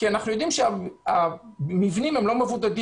כי אנחנו יודעים שהמבנים הם לא מבודדים.